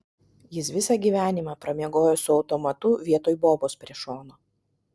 jis visą gyvenimą pramiegojo su automatu vietoj bobos prie šono